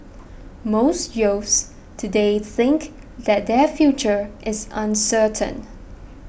most youths today think that their future is uncertain